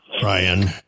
Brian